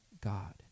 God